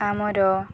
ଆମର